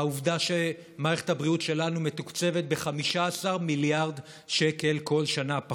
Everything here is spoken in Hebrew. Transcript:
העובדה שמערכת הבריאות שלנו מתוקצבת ב-15 מיליארד שקל פחות כל שנה.